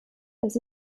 das